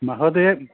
महोदय